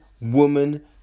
woman